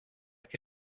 che